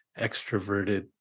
extroverted